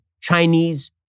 Chinese